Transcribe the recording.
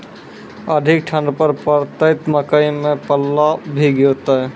अधिक ठंड पर पड़तैत मकई मां पल्ला भी गिरते?